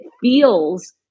feels